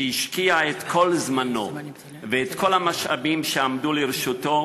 שהשקיע את כל זמנו ואת כל המשאבים שעמדו לרשותו